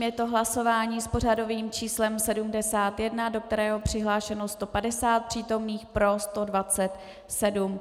Je to hlasování s pořadovým číslem 71, do kterého je přihlášeno 150 přítomných, pro 127.